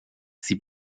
sie